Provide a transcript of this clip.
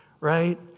right